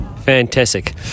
Fantastic